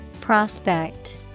Prospect